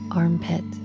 armpit